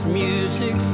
music